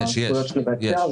יש, יש.